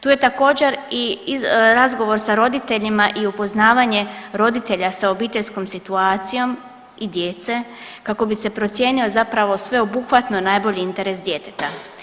Tu je također i razgovor sa roditeljima i upoznavanje roditelja sa obiteljskom situacijom i djece kako bi se procijenio zapravo sveobuhvatno najbolji interes djeteta.